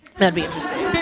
that'd be interesting.